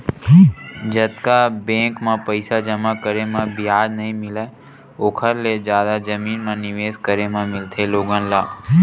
जतका बेंक म पइसा जमा करे म बियाज नइ मिलय ओखर ले जादा जमीन म निवेस करे म मिलथे लोगन ल